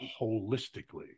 holistically